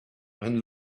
and